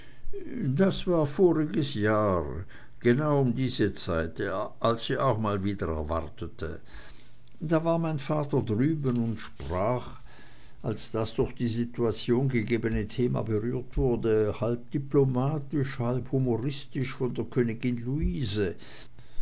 das war voriges jahr genau um diese zeit als sie auch mal wieder erwartete da war mein vater drüben und sprach als das durch die situation gegebene thema berührt wurde halb diplomatisch halb humoristisch von der königin luise